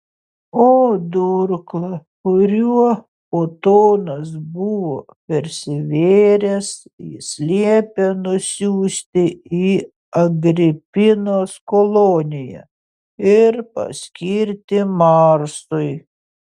o durklą kuriuo otonas buvo persivėręs jis liepė nusiųsti į agripinos koloniją ir paskirti marsui